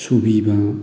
ꯁꯨꯕꯤꯕ